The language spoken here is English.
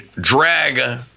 drag